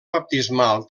baptismal